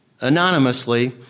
anonymously